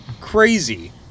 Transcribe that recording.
crazy